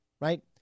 right